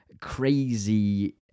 crazy